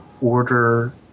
order